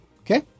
Okay